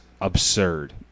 absurd